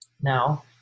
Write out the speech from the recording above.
now